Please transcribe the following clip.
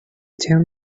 town